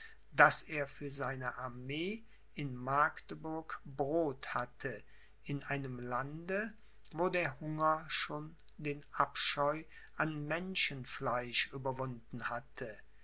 daß er für seine armee in magdeburg brod hatte in einem lande wo der hunger schon den abscheu an menschenfleisch überwunden hatte